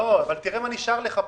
תראה מה נשאר לך פה: